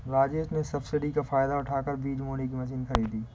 राजेश ने सब्सिडी का फायदा उठाकर बीज बोने की मशीन खरीदी